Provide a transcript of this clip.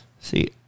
See